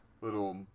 little